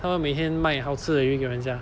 他们每天卖好吃的鱼给人家